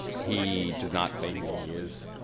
he does not say who he is.